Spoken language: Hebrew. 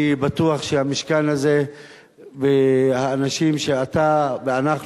אני בטוח שהמשכן הזה והאנשים שאתה ואנחנו